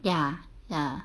ya ya